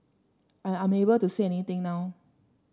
I am unable to say anything now